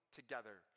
together